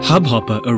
Hubhopper